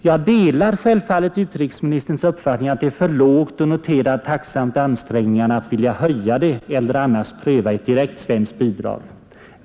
Jag delar självfallet utrikesministerns uppfattning att beloppet är för lågt och noterar tacksamt ansträngningarna att höja det eller annars pröva ett direkt svenskt bidrag.